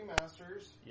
masters